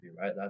right